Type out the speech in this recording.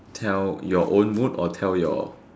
tell your own mood or tell your